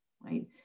right